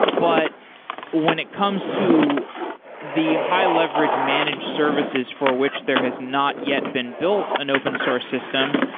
but when it comes to the high-leverage managed services for which there has not yet been built an open source system,